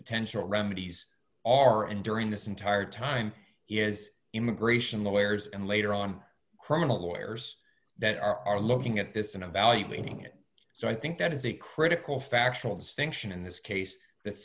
potential remedies are and during this entire time he is immigration lawyers and later on criminal lawyers that are looking at this and evaluating it so i think that is a critical factual distinction in this case that